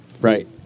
Right